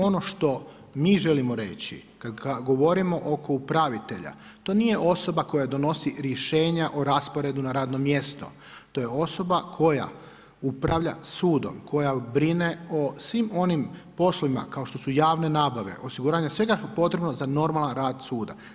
Ono što mi želimo reći kada govorimo oko upravitelja, to nije osoba koja donosi rješenja o rasporedu na radno mjesto, to je osoba koja upravlja sudom, koja brine o svim onim poslovima kao što su javne nabave, osiguranja svega što je potrebno za normalan rad suda.